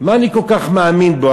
למה אני כל כך מאמין בו.